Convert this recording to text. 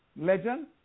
legend